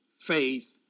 faith